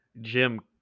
Jim